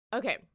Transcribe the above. Okay